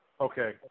Okay